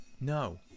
no